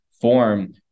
form